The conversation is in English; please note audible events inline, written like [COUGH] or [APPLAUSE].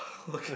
[NOISE] okay